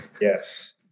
yes